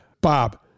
Bob